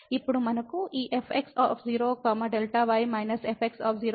ఇప్పుడు మనకు ఈ fx0 Δy − fx0 0Δy కొరకు Δy ఉంది